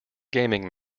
gaming